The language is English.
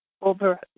over